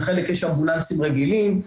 לחלק יש אמבולנסים רגילים,